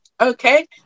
Okay